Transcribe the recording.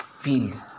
feel